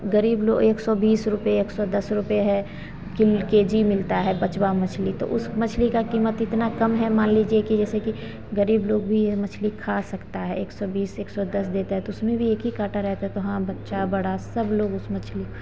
गरीब लोग एक सौ बीस रुपये एक सौ दस रुपये है किल के जी मिलता है बचवा मछली तो उस मछली का कीमत इतना कम है मान लीजिए कि जैसे कि गरीब लोग भी यह मछली खा सकता है एक सौ बीस एकसौ दस देता है तो उसमें भी एक ही काँटा रहता है तो हाँ बच्चा बड़ा सब लोग उस मछली को